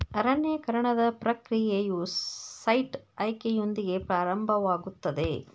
ಅರಣ್ಯೇಕರಣದ ಪ್ರಕ್ರಿಯೆಯು ಸೈಟ್ ಆಯ್ಕೆಯೊಂದಿಗೆ ಪ್ರಾರಂಭವಾಗುತ್ತದೆ